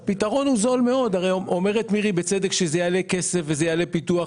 הרי אומרת מירי בצדק שזה יעלה כסף וזה יעלה פיתוח.